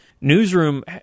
Newsroom